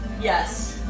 Yes